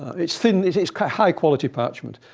it's thin. it's quite high quality parchment.